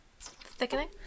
thickening